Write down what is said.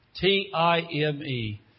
T-I-M-E